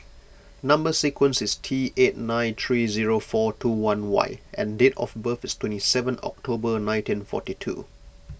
Number Sequence is T eight nine three zero four two one Y and date of birth is twenty seven October nineteen and forty two